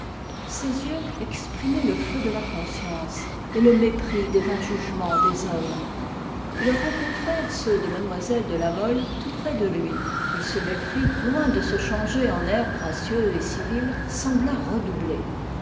ses yeux exprimaient le feu de la conscience et le mépris des vains jugements des hommes ils rencontrèrent ceux de mlle de la mole tout près de lui et ce mépris loin de se changer en air gracieux et civil sembla redoubler